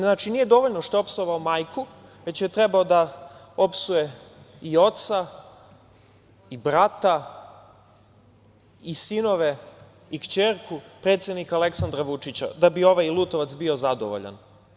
Znači, nije dovoljno onda što je opsovao majku, već je trebao da opsuje i oca, i brata, i sinove i kćerku predsednika Aleksandra Vučića, da bi ovaj Lutovac bio zadovoljan?